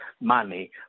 money